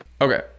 Okay